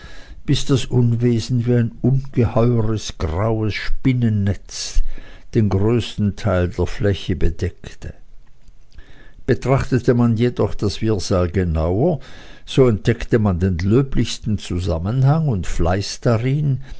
bis das unwesen wie ein ungeheures graues spinnennetz den größten teil der fläche bedeckte betrachtete man jedoch das wirrsal genauer so entdeckte man den löblichsten zusammenhang und fleiß darin